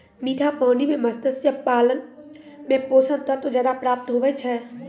मीठा पानी मे मत्स्य पालन मे पोषक तत्व ज्यादा प्राप्त हुवै छै